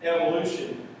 evolution